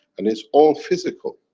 and it's all physical.